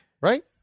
Right